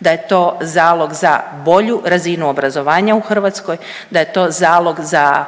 da je to zalog za bolju razinu obrazovanja u Hrvatskoj, da je to zalog za